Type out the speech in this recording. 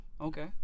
Okay